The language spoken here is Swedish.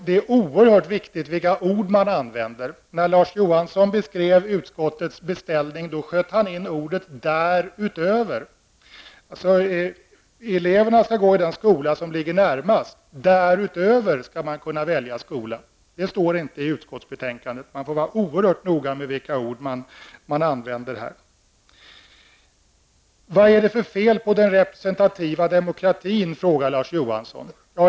Det är oerhört viktigt, Larz Johansson, vilka ord man använder. När Larz Johansson beskrev uskottets beställning sköt han in ordet ''därutöver''. Eleverna skall gå i den skola som ligger närmast, sade han. Därutöver skall man kunna välja annan skola. Det står inte så i utskottets betänkande. Man får vara oerhört noga med de ord man använder här. Vad är det för fel på den representativa demokratin? frågar Larz Johansson.